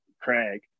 Craig